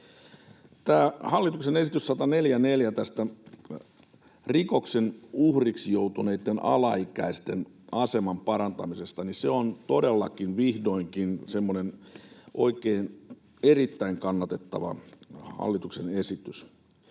hallituksen esitys 144 rikoksen uhriksi joutuneitten alaikäisten aseman parantamisesta on todellakin vihdoinkin semmoinen erittäin kannatettava hallituksen esitys.